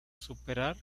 superar